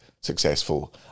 successful